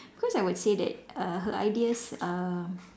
cause I would say that uh her ideas are